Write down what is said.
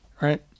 right